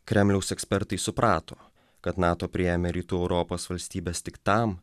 kremliaus ekspertai suprato kad nato priėmė rytų europos valstybes tik tam